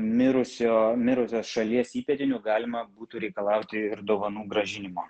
mirusio mirusios šalies įpėdinių galima būtų reikalauti ir dovanų grąžinimo